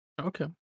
Okay